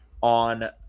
on